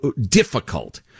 difficult